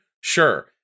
Sure